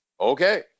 okay